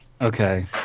Okay